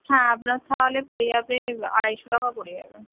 হ্যাঁ আপনার তাহলে পরে যাবে আড়াইশো টাকা পরে যাবে